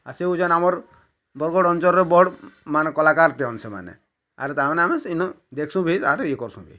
ଆର୍ ସିଏ ହଉଛନ୍ ଆମର୍ ବରଗଡ଼ ଅଞ୍ଚଳର ବଡ଼ ମାନେ କଳାକାରଟେ ହଅନ୍ ସେମାନେ ଆରୁ ତାମାନେ ଇନୁ ଦେଖିସୁଁ ଭି ଆର୍ ଇଏ କର୍ସୁଁ ବି